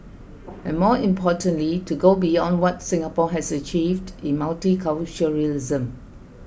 and more importantly to go beyond what Singapore has achieved in multiculturalism